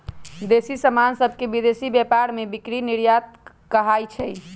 देसी समान सभके विदेशी व्यापार में बिक्री निर्यात कहाइ छै